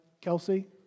Kelsey